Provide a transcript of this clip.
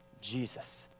Jesus